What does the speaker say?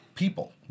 People